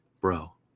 Bro